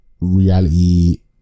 reality